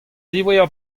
diwezhañ